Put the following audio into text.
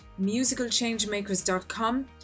musicalchangemakers.com